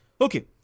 Okay